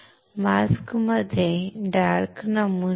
mask मध्ये गडद नमुना कुठे आहे